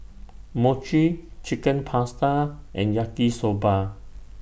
Mochi Chicken Pasta and Yaki Soba